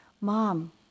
Mom